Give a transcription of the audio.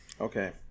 Okay